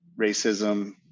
racism